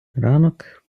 ранок